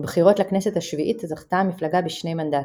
בבחירות לכנסת השביעית זכתה המפלגה בשני מנדטים.